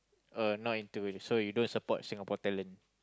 uh not into it so you don't support Singapore talent